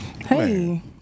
Hey